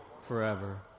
forever